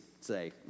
say